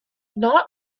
not